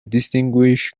distinguish